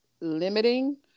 limiting